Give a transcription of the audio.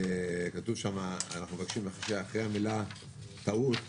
כתוב שם, אנחנו מבקשים שאחרי המילה 'טעות'